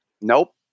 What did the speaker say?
Nope